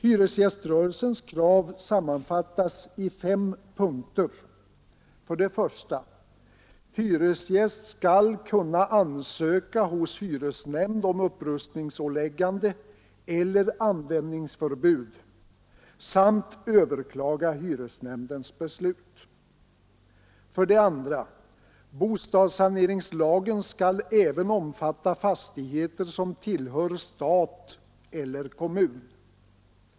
Hyresgäströrelsens krav sammanfattas i fem punkter: 2. Bostadssaneringslagen skall även omfatta fastigheter som tillhör stat eller kommun.